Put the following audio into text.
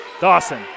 Dawson